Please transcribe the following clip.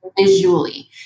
visually